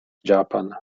japan